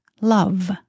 love